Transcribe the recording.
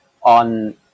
on